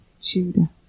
Judah